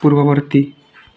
ପୂର୍ବବର୍ତ୍ତୀ